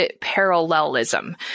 parallelism